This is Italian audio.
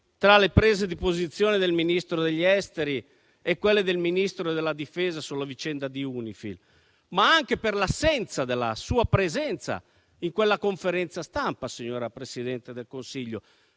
tra le prese di posizione del Ministro degli affari esteri e quelle del Ministro della difesa sulla vicenda di UNIFIL, ma anche per l'assenza della sua presenza in quella conferenza stampa. Signor Presidente del Consiglio,